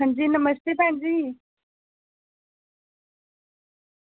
हां जी नमस्ते भैन जी